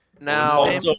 Now